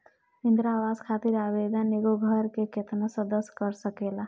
इंदिरा आवास खातिर आवेदन एगो घर के केतना सदस्य कर सकेला?